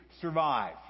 survive